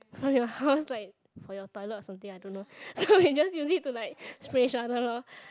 !aiya! I was like for your toilet or something I don't know so we just use it to like spray each other loh